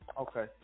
Okay